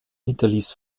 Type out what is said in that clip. hinterließ